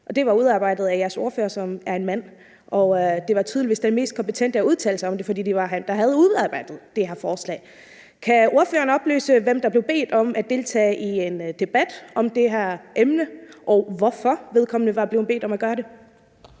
Det var udarbejdet af jeres ordfører, som er en mand, og det var tydeligvis den mest kompetente, til at udtale sig om det, for det var ham, der havde udarbejdet det her forslag. Kan ordføreren oplyse, hvem der blev bedt om at deltage i en debat om det her emne, og hvorfor vedkommende var blevet bedt om at gøre det?